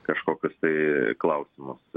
kažkokius tai klausimus